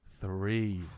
Three